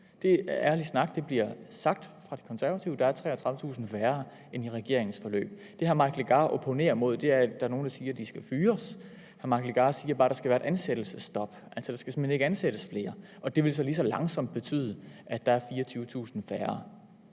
Det er ærlig snak; det bliver sagt af De Konservative – der er 33.000 færre end i regeringens forløb. Det, hr. Mike Legarth opponerer mod, er, at der er nogle, der siger, at de skal fyres. Hr. Mike Legarth siger bare, at der skal være et ansættelsesstop, altså at der simpelt hen ikke skal ansættes flere, og det vil så lige så langsomt betyde, at der er 24.000 færre.